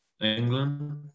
England